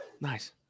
Nice